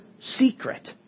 secret